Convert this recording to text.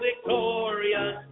victorious